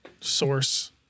source